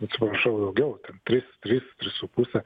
atsiprašau daugiau ten tris tris tris su puse